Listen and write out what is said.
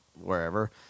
wherever